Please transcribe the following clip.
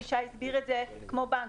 כפי ששי הסביר את זה, כמו בנק.